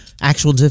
actual